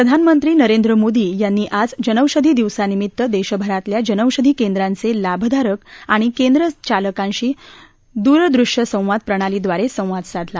प्रधानमंत्री नरेंद्र मोदी यांनी आज जनऔषधी दिवसानिमित्त दर्श्मरातल्या जनऔषधी केंद्रांच लाभधारक आणि केंद्रचालकांशी दूरदृष्यसंवाद प्रणालीद्वार सिंवाद साधला